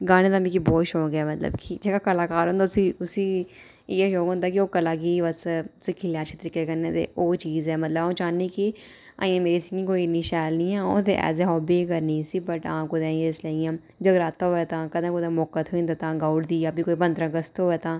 गाने दा मिकी बहूत शौंक ऐ मतलब कि जेह्ड़ा कलाकार होंदा उसी उसी इ'यै शौंक होंदा कि ओह् कला गी बस सिक्खी लै अच्छे तरीके कन्नै ते ओह् चीज एह् मतलब आं'ऊ चाहन्नी कि अजें मेरी सेहत कोई इन्नी शैल नेईं ऐ आं'ऊ ते एज ऐ हाबी गै करनी इसी बट हां कुतै जिसलै इ'यां जगराता होऐ तां कदें कुतै मौका थ्होई जंदा ता गाई ओड़दी जा कोई फ्ही पंदरां अगस्त होऐ तां